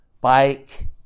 bike